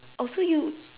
also you